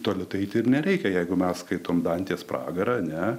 toli eiti ir nereikia jeigu mes skaitome dantės pragarą ar ne